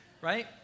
right